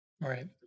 Right